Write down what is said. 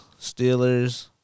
Steelers